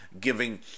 giving